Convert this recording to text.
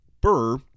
Burr